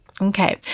Okay